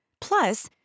Plus